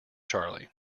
charley